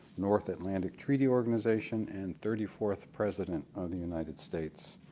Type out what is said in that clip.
north atlantic treaty organization and thirty fourth president of the united states.